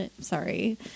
sorry